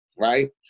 right